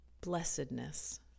blessedness